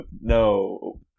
No